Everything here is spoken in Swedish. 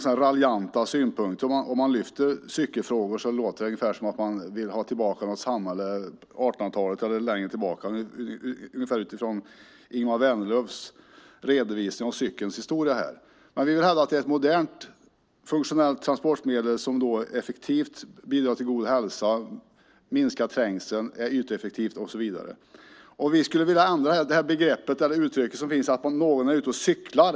Lyfter man upp cykelfrågor får man ofta höra raljanta synpunkter om att man vill tillbaka till det 1800-tal som vi hörde om i Ingemar Vänerlövs redovisning av cykelns historia. Vi hävdar dock att cykeln är ett modernt funktionellt transportmedel som bidrar till god hälsa, ger minskad trängsel, är yteffektivt och så vidare. Vi skulle vilja ändra uttrycket "att vara ute och cykla".